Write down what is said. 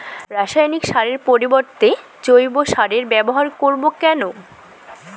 রাসায়নিক সারের পরিবর্তে জৈব সারের ব্যবহার করব কেন?